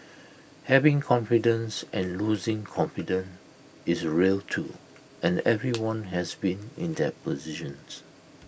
having confidence and losing confidence is real too and everyone has been in that positions